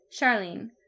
Charlene